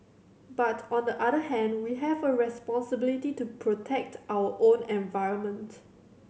but on the other hand we have a responsibility to protect our own environment